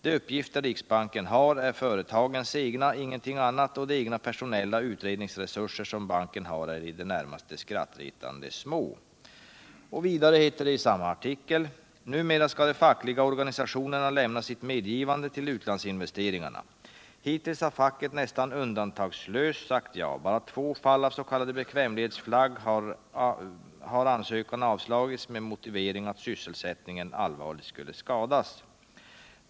De uppgifter Riksbanken har är företagens egna, ingenting annat, och de egna personella utredningsresurser som banken har är närmast skrattretande små.” Vidare heter det i samma artikel: ”Numerua ska de fackliga organisationerna lämna sitt medgivande till utlandsinvesteringarna. Hiuills har facket nästan undantagslöst sagt ja. Bara i två fall av s.k. bek vämlighetsflagg har ansökan avslagits med motiveringen alt sysselsättningen allvarligt skulle skadas.